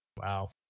Wow